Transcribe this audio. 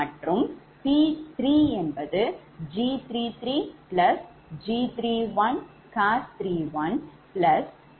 மற்றும் 𝑃3𝐺33𝐺31cos𝛿31𝐵31sin𝛿31𝐺32cos𝛿23−𝐵32sin𝛿23 என்று கிடைக்கும்